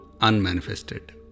Unmanifested